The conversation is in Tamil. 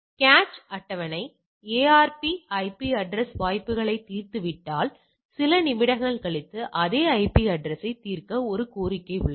எனவே கேச் அட்டவணை ARP ஐபி அட்ரஸ் வாய்ப்புகளைத் தீர்த்துவிட்டால் சில நிமிடங்கள் கழித்து அதே ஐபி அட்ரசையைத் தீர்க்க ஒரு கோரிக்கை உள்ளது